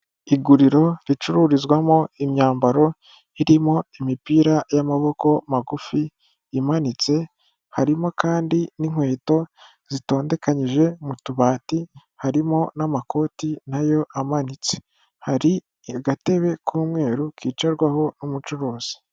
Iguriro ricururizwamo imyambaro irimo imipira y'amaboko magufi imanitse harimo kandi n'inkweto zitondekanyije mu tubati harimo n'amakoti nayo amanitse hari agatebe k'umweru kicarwaho n'umucuruzi